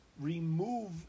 remove